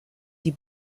die